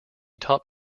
taught